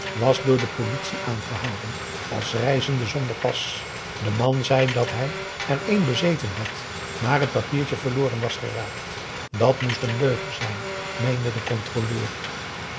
was door de politie aangehouden als reizende zonder pas de man zei dat hij ereen bezeten had maar het papiertje verloren was geraakt dat moest een leugen zijn meende de controleur